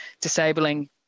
disabling